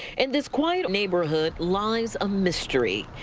in this quiet neighborhood lies a mystery,